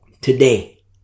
today